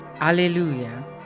Alleluia